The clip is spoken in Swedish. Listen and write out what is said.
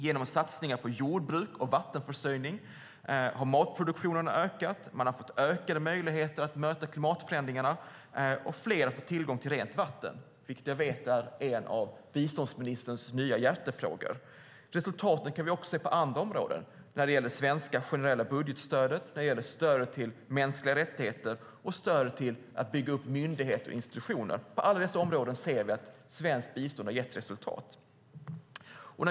Genom satsningar på jordbruk och vattenförsörjning har matproduktionen ökat, man har fått ökade möjligheter att möta klimatförändringarna och fler har fått tillgång till rent vatten, vilket jag vet är en av biståndsministerns nya hjärtefrågor. Resultat kan vi också se på andra områden. Det gäller Sveriges generella budgetstöd, stöd inom mänskliga rättigheter och stöd till uppbyggnad av myndigheter och institutioner. På alla dessa områden ser vi att svenskt bistånd har gett resultat.